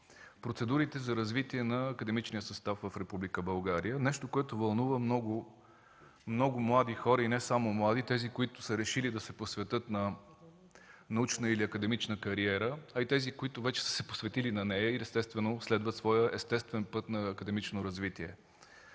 процедурите за развитие на академичния състав в Република България – нещо, което вълнува много млади хора, и не само млади, а тези, които са решили да се посветят на научна или академична кариера, както и тези, които вече са се посветили на нея и следват своя път на академично развитие.